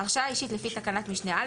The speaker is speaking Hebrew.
(ג) הרשאה אישית לפי תקנת משנה (א),